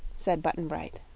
said button-bright.